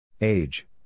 Age